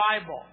Bible